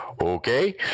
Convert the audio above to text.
okay